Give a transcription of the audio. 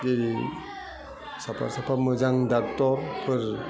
जेरै साफा साफा मोजां डाक्टरफोर